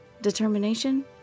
Determination